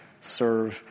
serve